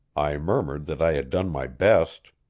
i murmured that i had done my best.